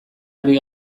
ari